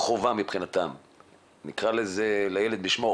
מבחינתן זאת חובה ואם נקרא לילד בשמו,